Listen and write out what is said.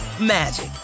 magic